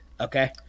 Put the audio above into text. Okay